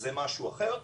זה משהו אחר,